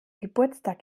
geburtstag